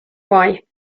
wife